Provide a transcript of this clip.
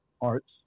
arts